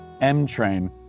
M-Train